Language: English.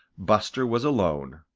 buster was alone.